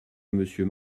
monsieur